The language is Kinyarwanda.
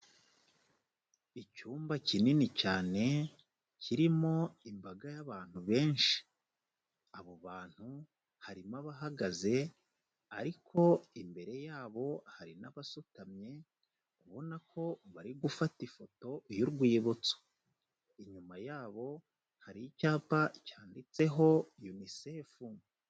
Icyumba kinini cyane, kirimo imbaga y'abantu benshi, abo bantu harimo abahagaze, ariko imbere yabo hari n'abasutamye, ubona ko bari gufata ifoto y'urwibutso, inyuma yabo hari icyapa cyanditseho UNICEF.